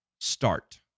start